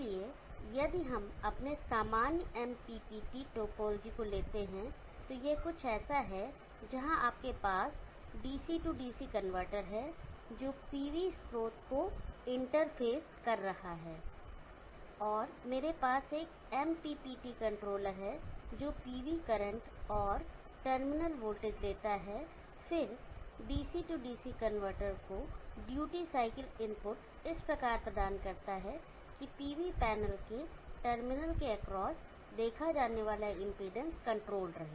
इसलिए यदि हम अपने सामान्य MPPT टोपोलॉजी को लेते हैं तो यह कुछ ऐसा है जहां आपके पास डीसी डीसी कनवर्टर है जो PV स्रोत को इंटरफ़ेस कर रहा है और मेरे पास एक MPPT कंट्रोलर है जो PV करंट और टर्मिनल वोल्टेज लेता है और फिर डीसी डीसी कनवर्टर को ड्यूटी साइकिल इनपुट इस प्रकार प्रदान करता है की पीवी पैनल के टर्मिनल के एक्रॉस देखा जाने वाला इंपीडेंस कंट्रोल्ड रहे